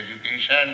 education